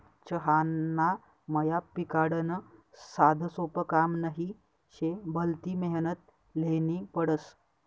चहाना मया पिकाडनं साधंसोपं काम नही शे, भलती मेहनत ल्हेनी पडस